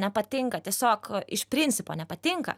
nepatinka tiesiog iš principo nepatinka